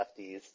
lefties